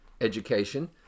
education